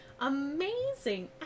amazing